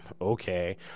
okay